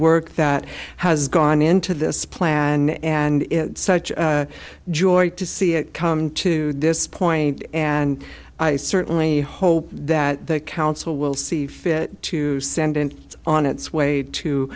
work that has gone into this plan and it's such a joy to see it come to this point and i certainly hope that the council will see fit to send it on its way to